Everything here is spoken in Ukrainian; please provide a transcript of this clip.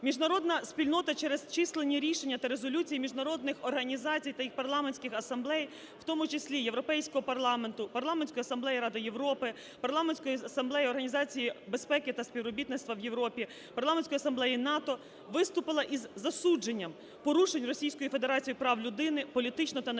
Міжнародна спільнота через чисельні рішення та резолюції міжнародних організацій та їх парламентських асамблей, в тому числі Європейського парламенту, Парламентської асамблеї Ради Європи, Парламентської асамблеї Організації безпеки та співробітництва в Європі, Парламентської асамблеї НАТО, виступила із засудженням порушень Російської Федерації прав людини, політично та національно